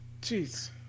Jeez